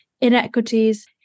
inequities